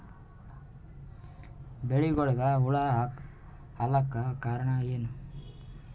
ಬೆಳಿಗೊಳಿಗ ಹುಳ ಆಲಕ್ಕ ಕಾರಣಯೇನು?